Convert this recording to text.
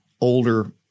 older